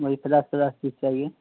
مجھے پچاس پچاس پیس چاہیے